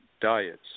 diets